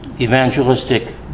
evangelistic